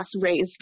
raised